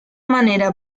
manera